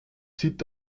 zieht